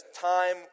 time